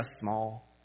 small